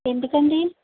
ఎందుకు అండి